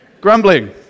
Grumbling